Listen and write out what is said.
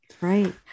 Right